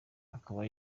akaba